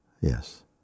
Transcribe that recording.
Yes